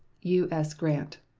u s. grant.